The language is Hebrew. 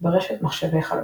ברשת מחשבי חלונות.